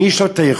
מי יש לו יכולת